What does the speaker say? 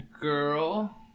girl